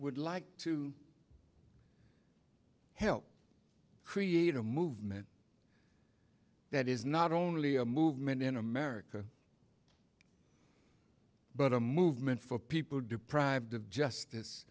would like to help create a movement that is not only a movement in america but a movement for people deprived of justice